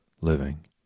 living